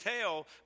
tell